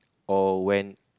or when